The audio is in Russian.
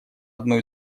одну